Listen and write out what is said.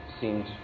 seemed